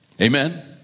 Amen